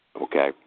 Okay